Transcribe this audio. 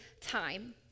time